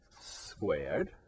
squared